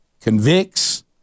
convicts